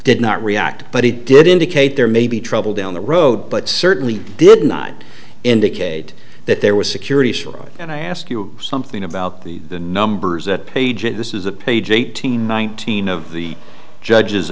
did not react but he did indicate there may be trouble down the road but certainly did not indicate that there was securities fraud and i ask you something about the numbers at page and this is a page eighteen nineteen of the judge